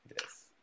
yes